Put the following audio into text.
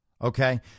Okay